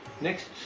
next